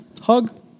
hug